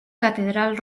catedral